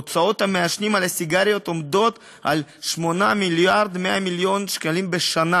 הוצאות המעשנים על הסיגריות עומדות על 8.1 מיליארד שקלים בשנה.